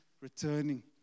returning